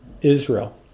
israel